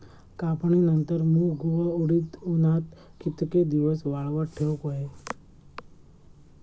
कापणीनंतर मूग व उडीद उन्हात कितके दिवस वाळवत ठेवूक व्हये?